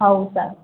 ହେଉ ସାର୍